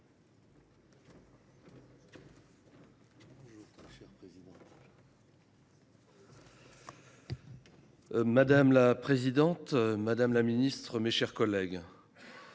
Madame la présidente, madame la ministre, mes chers collègues,